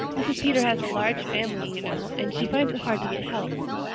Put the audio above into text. mrs. peter has a large family, you know, and she finds it hard to get help.